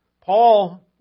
Paul